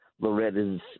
Loretta's